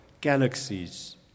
galaxies